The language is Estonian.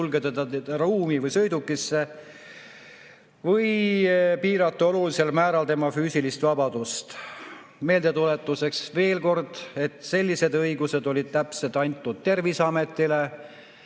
sulgeda ta ruumi või sõidukisse või piirata olulisel määral tema füüsilist vabadust. Meeldetuletuseks: sellised õigused olid täpselt antud Terviseametile.